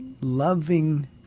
loving